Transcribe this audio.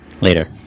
Later